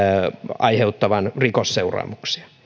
aiheuttavan rikosseuraamuksia